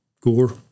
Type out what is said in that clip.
Gore